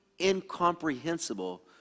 incomprehensible